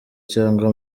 cyangwa